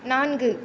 நான்கு